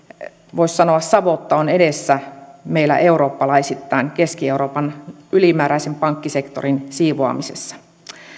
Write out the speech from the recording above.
voisi sanoa savotta on edessä meillä eurooppalaisittain keski euroopan ylimääräisen pankkisektorin siivoamisessa